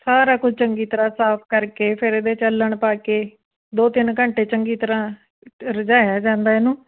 ਸਾਰਾ ਕੁਝ ਚੰਗੀ ਤਰ੍ਹਾਂ ਸਾਫ਼ ਕਰਕੇ ਫਿਰ ਇਹਦੇ 'ਚ ਅੱਲ੍ਹਣ ਪਾ ਕੇ ਦੋ ਤਿੰਨ ਘੰਟੇ ਚੰਗੀ ਤਰ੍ਹਾਂ ਰਿਝਾਇਆ ਜਾਂਦਾ ਇਹਨੂੰ